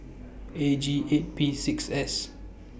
A G eight P six S